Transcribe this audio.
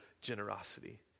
generosity